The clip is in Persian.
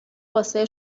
واسه